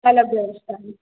अलग व्यवस्था है